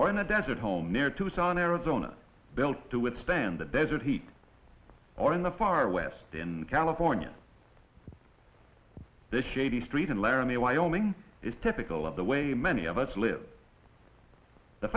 or in a desert home near tucson arizona built to withstand the desert heat or in the far west in california the shady street in laramie wyoming is typical of the way many of us live the